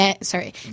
Sorry